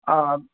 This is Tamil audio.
ஆ